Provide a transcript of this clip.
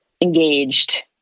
engaged